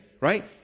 Right